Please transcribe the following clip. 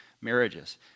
marriages